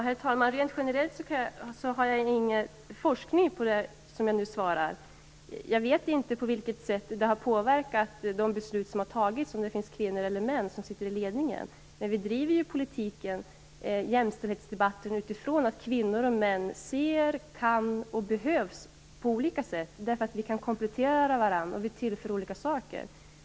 Herr talman! Rent generellt har jag ingen forskning till stöd för det som jag nu tänker säga. Jag vet inte hur de beslut som har fattats har påverkats av att kvinnor eller män sitter i ledningen. Men vi driver ju jämställdhetsdebatten utifrån att kvinnor och män har olika syn, olika kunskaper och behövs på olika sätt, därför att vi kompletterar varandra och är till för olika saker.